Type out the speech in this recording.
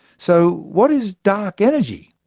so what is dark energy?